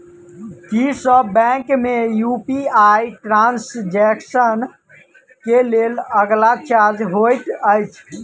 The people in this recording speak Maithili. की सब बैंक मे यु.पी.आई ट्रांसजेक्सन केँ लेल अलग चार्ज होइत अछि?